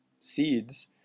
seeds